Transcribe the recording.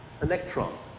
electron